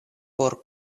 por